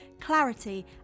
clarity